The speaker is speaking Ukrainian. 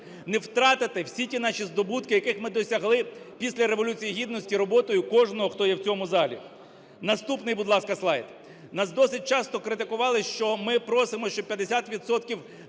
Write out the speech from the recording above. не втратити всі ті наші здобутки, яких ми досягли після Революції Гідності роботою кожного, хто є в цьому залі. Наступний, будь ласка, слайд. Нас досить часто критикували, що ми просимо, щоб 50